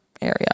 area